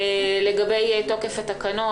לגבי תוקף התקנות.